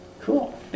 cool